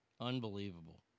Unbelievable